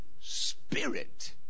spirit